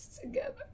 together